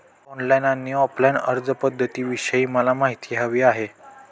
online आणि offline अर्जपध्दतींविषयी मला माहिती हवी आहे